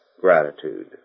gratitude